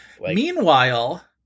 Meanwhile